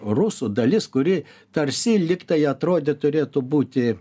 rusų dalis kuri tarsi lyg tai atrodė turėtų būti